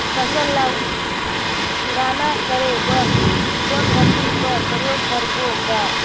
फसल ल उड़ान करे बर कोन मशीन कर प्रयोग करबो ग?